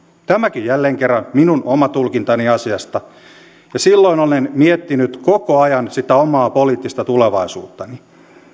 tämäkin on jälleen kerran minun oma tulkintani asiasta silloin olen miettinyt koko ajan sitä omaa poliittista tulevaisuuttani